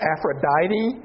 Aphrodite